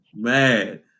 mad